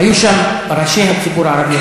היו שם ראשי הציבור הערבי,